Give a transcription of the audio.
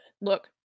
Look